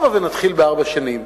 הבה ונתחיל בארבע שנים.